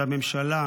שהממשלה,